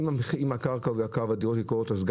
אם הקרקע וה- - -אז גם